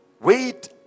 Wait